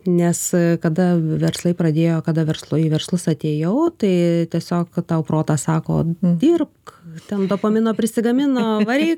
nes kada verslai pradėjo kada verslai verslas atėjau tai tiesiog tau protas sako dirbk ten dopamino prisigamino varyk